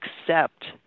accept